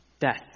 death